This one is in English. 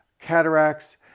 cataracts